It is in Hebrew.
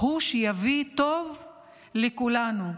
הוא שיביא טוב לכולנו,